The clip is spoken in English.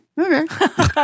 Okay